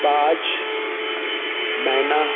बाज मैना